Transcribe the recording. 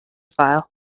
file